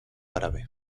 árabe